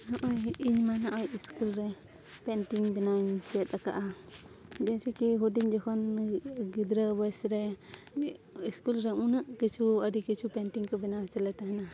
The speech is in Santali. ᱱᱚᱜᱼᱚᱸᱭ ᱤᱧᱢᱟ ᱱᱚᱜᱼᱚᱸᱭ ᱥᱠᱩᱞ ᱨᱮ ᱯᱮᱱᱴᱤᱝ ᱵᱮᱱᱟᱣ ᱤᱧ ᱪᱮᱫ ᱟᱠᱟᱜᱼᱟ ᱡᱮᱭᱥᱮ ᱠᱤ ᱦᱩᱰᱤᱧ ᱡᱚᱠᱷᱚᱱ ᱜᱤᱫᱽᱨᱟᱹ ᱵᱚᱭᱮᱥ ᱨᱮ ᱥᱠᱩᱞ ᱨᱮ ᱩᱱᱟᱹᱜ ᱠᱤᱪᱷᱩ ᱟᱹᱰᱤ ᱠᱤᱪᱷᱩ ᱯᱮᱱᱴᱤᱝ ᱠᱚ ᱵᱮᱱᱟᱣ ᱪᱮᱫᱞᱮ ᱛᱟᱦᱮᱱᱟ